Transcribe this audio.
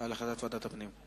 על החלטת ועדת הפנים.